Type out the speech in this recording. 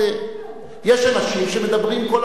יש אנשים שמדברים כל הזמן.